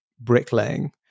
bricklaying